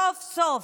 סוף-סוף,